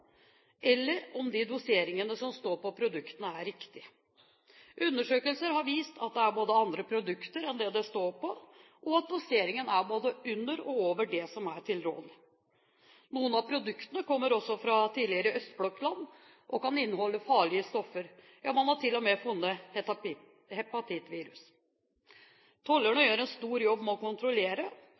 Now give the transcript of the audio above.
eller om de doseringene som står på produktene, er riktige. Undersøkelser har vist at det både er andre produkter enn det det står på, og at doseringen både er under og over det som er tilrådelig. Noen av produktene kommer fra tidligere østblokkland og kan inneholde farlige stoffer, ja man har til og med funnet hepatittvirus. Tollerne gjør en stor jobb med å kontrollere